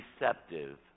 receptive